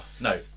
No